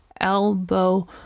elbow